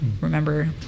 remember